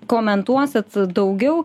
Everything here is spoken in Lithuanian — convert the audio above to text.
komentuosit daugiau